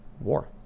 war